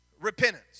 repentance